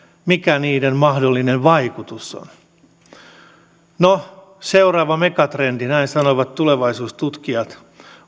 mikä niiden mahdollinen vaikutus on no seuraava megatrendi näin sanovat tulevaisuustutkijat